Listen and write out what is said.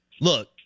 Look